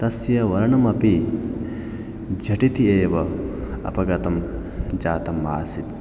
तस्य वर्णमपि झटिति एव अपगतं जातम् आसीत्